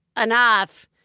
enough